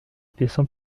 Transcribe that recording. passant